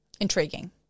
Intriguing